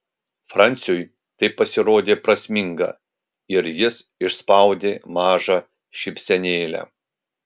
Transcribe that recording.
franciui tai pasirodė prasminga ir jis išspaudė mažą šypsenėlę